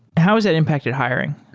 how has it impacted hiring?